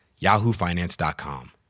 yahoofinance.com